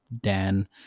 Dan